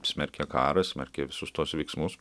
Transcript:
smerkė karą smerkė visus tuos veiksmus